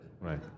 right